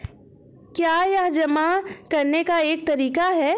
क्या यह जमा करने का एक तरीका है?